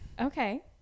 Okay